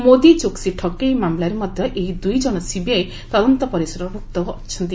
ମୋଦି ଚୋକ୍ସି ଠକେଇ ମାମଲାରେ ମଧ୍ୟ ଏହି ଦୁଇ ଜଣ ସିବିଆଇ ତଦନ୍ତ ପରିସରଭୂକ୍ତ ଅଛନ୍ତି